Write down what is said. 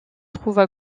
trouvent